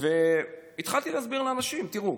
התחלתי להסביר לאנשים: תראו,